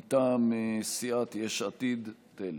מטעם סיעת יש עתיד-תל"ם.